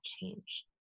change